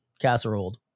casserole